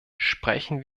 sprechen